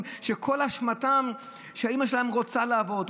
שכל אשמתם היא שהאימא שלהם רוצה לעבוד,